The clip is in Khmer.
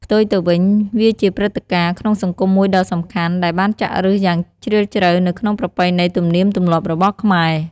ផ្ទុយទៅវិញ វាជាព្រឹត្តិការណ៍ក្នុងសង្គមមួយដ៏សំខាន់ ដែលបានចាក់ឬសយ៉ាងជ្រាលជ្រៅនៅក្នុងប្រពៃណីទំនៀមទម្លាប់របស់ខ្មែរ។